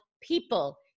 people